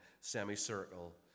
semicircle